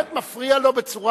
באמת, מפריע לו בצורה,